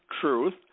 truth